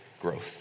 growth